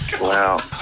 Wow